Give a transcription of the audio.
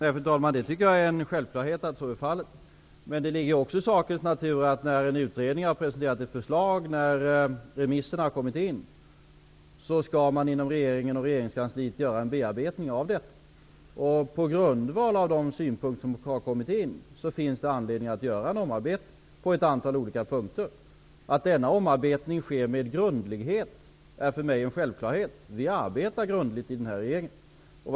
Fru talman! Det är en självklarhet att så är fallet. Men det ligger också i sakens natur, att när en utredning har presenterat ett förslag och när remissvaren har kommit in skall man inom regeringskansliet göra en bearbetning av detta. På grundval av de synpunkter som har kommit in finns det anledning att göra en omarbetning på ett antal olika punkter. Att denna omarbetning sker med grundlighet är för mig en självklarhet. Vi arbetar grundligt i denna regering.